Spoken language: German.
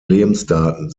lebensdaten